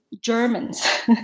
Germans